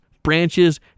branches